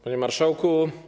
Panie Marszałku!